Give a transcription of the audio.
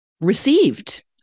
received